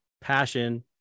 passion